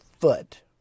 foot